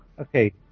Okay